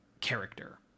character